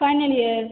final year